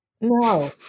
No